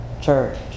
church